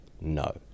no